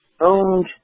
owned